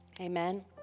amen